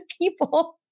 people